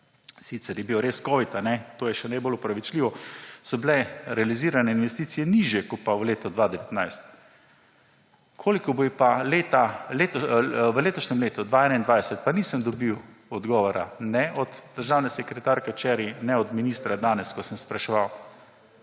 sicer je bil res covid, to je še najbolj opravičljivo, so bile realizirane investicije nižje kot pa v letu 2019. Koliko bodo pa v letošnjem letu, 2021, pa nisem dobil odgovora ne od državne sekretarke včeraj ne od ministra danes, ko sem spraševal.